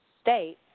state